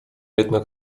jednak